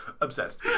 Obsessed